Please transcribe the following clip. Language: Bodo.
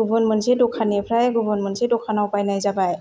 गुबुन मोनसे दखाननिफ्राय गुबुन मोनसे दखानाव बायनाय जाबाय